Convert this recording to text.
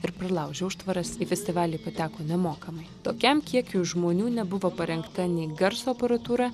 ir pralaužė užtvaras į festivalį pateko nemokamai tokiam kiekiui žmonių nebuvo parengta nei garso aparatūra